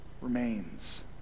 remains